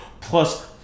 plus